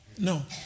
No